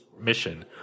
mission